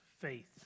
faith